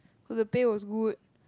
the pay was good